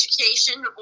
education